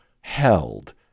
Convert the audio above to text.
held